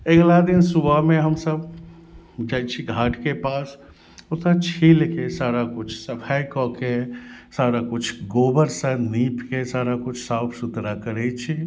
अगिला दिन सुबहमे हमसब जाइ छी घाटके पास ओतऽ छीलके सारा किछु सफाइ कऽके सारा किछु गोबरसँ नीपके सारा किछु साफ सुथरा करै छी